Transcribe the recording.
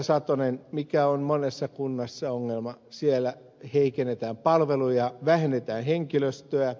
satonen mikä on monessa kunnassa ongelma siellä heikennetään palveluja vähennetään henkilöstöä